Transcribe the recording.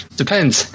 depends